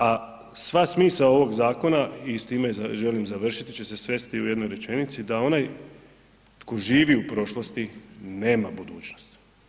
A sva smisao ovog zakona i s time želim završiti će se svesti u jednoj rečenici, da onaj tko živi u prošlosti nema budućnost.